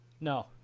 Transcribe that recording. No